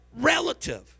relative